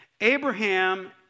Abraham